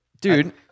Dude